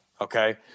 okay